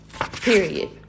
Period